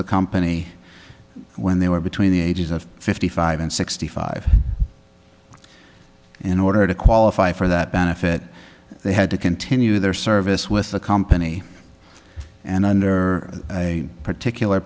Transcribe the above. the company when they were between the ages of fifty five and sixty five in order to qualify for that benefit they had to continue their service with the company and under a particular